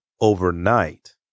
overnight